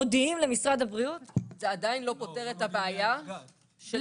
מודיעים למשרד הבריאות --- זה עדיין לא פותר את הבעיה של